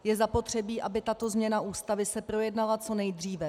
Je zapotřebí, aby se tato změna Ústavy projednala co nejdříve.